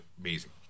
amazing